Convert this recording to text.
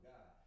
God